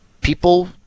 people